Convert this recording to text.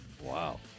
Wow